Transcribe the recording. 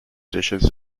dishes